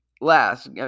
last